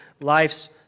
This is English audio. life's